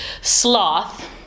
sloth